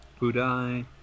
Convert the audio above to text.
Budai